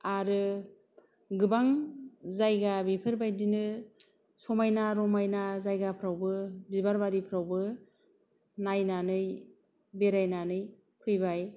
आरो गोबां जायगा बेफोरबादिनो समायना रमायना जायगाफ्रावबो बिबार बारिफ्रावबो नायनानै बेरायनानै फैबाय